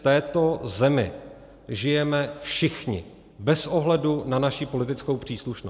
V této zemi žijeme všichni bez ohledu na svoji politickou příslušnost.